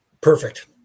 Perfect